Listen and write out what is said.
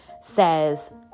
says